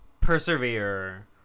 persevere